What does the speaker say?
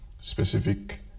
specific